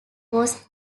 was